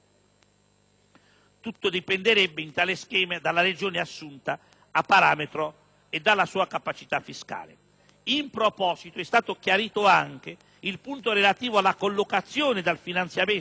Tutto dipenderebbe, in tale schema, dalla Regione assunta a parametro e dalla sua «capacità fiscale». In proposito, è stato chiarito anche il punto relativo alla collocazione del finanziamento